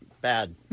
Bad